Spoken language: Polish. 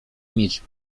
mieć